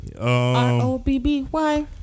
R-O-B-B-Y